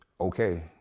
okay